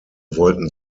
wollten